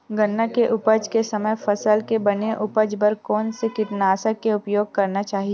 गन्ना के उपज के समय फसल के बने उपज बर कोन से कीटनाशक के उपयोग करना चाहि?